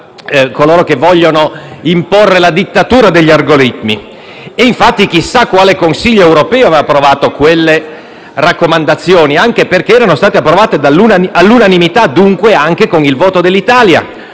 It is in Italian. coloro che vogliono imporre la dittatura degli algoritmi". Chissà quale Consiglio europeo aveva approvato quelle raccomandazioni, anche perché erano state approvate all'unanimità e, dunque, anche con il voto dell'Italia.